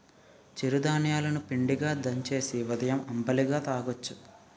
చిరు ధాన్యాలు ని పిండిగా దంచేసి ఉదయం అంబలిగా తాగొచ్చును